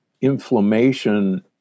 inflammation